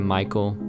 Michael